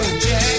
Jack